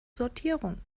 sortierung